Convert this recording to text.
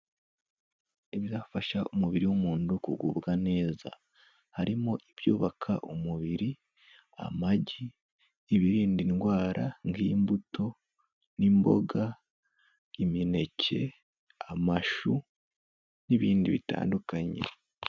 Ibyafasha umubiri w'umuntu kugubwa neza. Harimo ibyubaka umubiri, amagi, ibirinda indwara nk'imbuto n'imboga, imineke, amashu, n'ibindi bitandukanye.